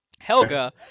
helga